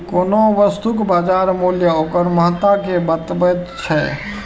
कोनो वस्तुक बाजार मूल्य ओकर महत्ता कें बतबैत छै